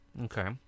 okay